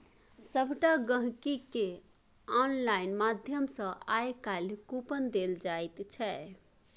सभटा गहिंकीकेँ आनलाइन माध्यम सँ आय काल्हि कूपन देल जाइत छै